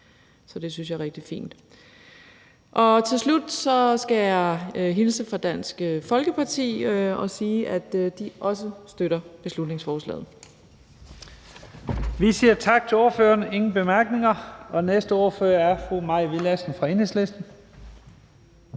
Så det synes jeg er rigtig fint. Til slut skal jeg hilse fra Dansk Folkeparti og sige, at de også støtter beslutningsforslaget. Kl. 20:47 Første næstformand (Leif Lahn Jensen): Tak til ordføreren. Der er ingen bemærkninger. Næste ordfører er fru Mai Villadsen fra Enhedslisten.